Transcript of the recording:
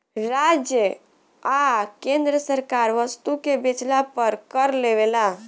राज्य आ केंद्र सरकार वस्तु के बेचला पर कर लेवेला